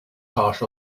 harsh